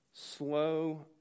slow